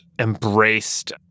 embraced